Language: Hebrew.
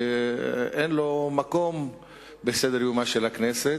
שאין לו מקום בסדר-יומה של הכנסת.